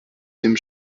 dem